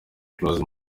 close